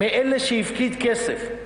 מאלה שהפקידו כסף,